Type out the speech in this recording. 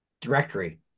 directory